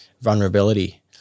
vulnerability